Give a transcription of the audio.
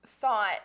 thought